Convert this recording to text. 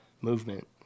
movement